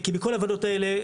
כי בכל הוועדות האלה,